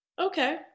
Okay